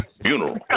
funeral